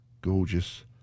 gorgeous